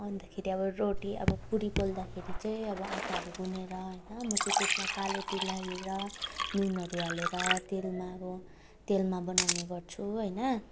अन्तखेरि अब रोटी अब पुरी पोल्दाखेरि चाहिँ अब आटाहरू गुनेर होइन म चाहिँ त्यसमा कालो तिल हालेर नुनहरू हालेर तेलमा अब तेलमा बनाउने गर्छु होइन